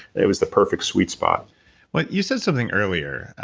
it was the perfect sweet spot but you said something earlier.